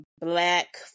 black